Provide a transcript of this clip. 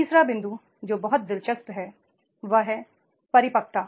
तीसरा बिंदु जो बहुत दिलचस्प है वह परिपक्वता है